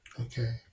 Okay